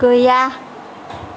गैया